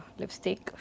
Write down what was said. lipstick